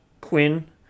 Quinn